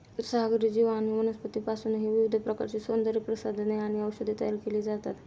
सागरी जीव आणि वनस्पतींपासूनही विविध प्रकारची सौंदर्यप्रसाधने आणि औषधे तयार केली जातात